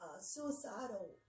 suicidal